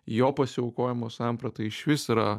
jo pasiaukojimo samprata išvis yra